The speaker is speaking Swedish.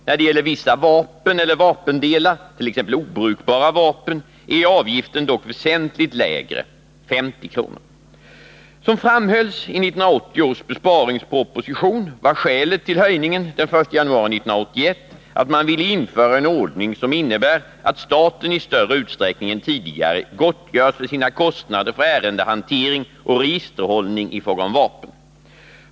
När det gäller vissa vapen eller vapendelar, t.ex. obrukbara vapen, är avgiften dock väsentligt lägre, 50 kr. Som framhölls i 1980 års besparingsproposition var skälet till höjningen den 1 januari 1981 att man ville införa en ordning som innebär att staten i större utsträckning än tidigare gottgörs för sina kostnader för ärendehantering och registerhållning i fråga om vapen.